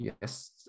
yes